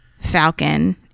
falcon